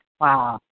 Wow